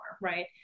right